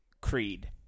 Creed